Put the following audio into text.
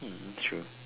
hmm true